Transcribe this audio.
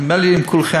נדמה לי שעם כולכם.